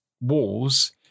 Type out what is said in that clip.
walls